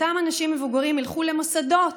אותם אנשים מבוגרים ילכו למוסדות.